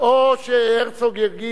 או שהרצוג יגיד: